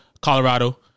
Colorado